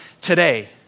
today